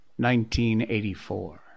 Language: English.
1984